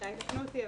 חברותיי יתקנו אותי,